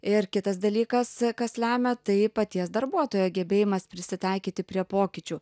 ir kitas dalykas kas lemia tai paties darbuotojo gebėjimas prisitaikyti prie pokyčių